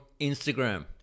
Instagram